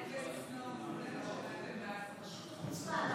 פשוט חוצפן.